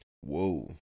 Whoa